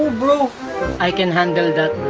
bro i can handle that